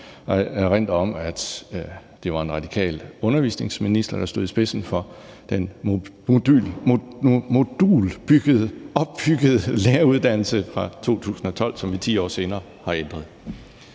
Jeg erindrer om, det var en radikal undervisningsminister, der stod i spidsen for den modulopbyggede læreruddannelse fra 2012, som vi 10 år senere har ændret.